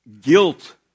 guilt